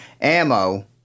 ammo